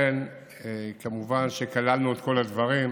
כמובן שכללנו את כל הדברים,